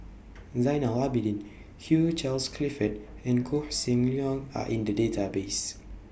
Zainal Abidin Hugh Charles Clifford and Koh Seng Leong Are in The Database